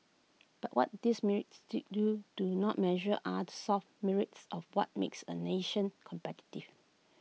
but what these metrics to do do not measure are the soft metrics of what makes A nation competitive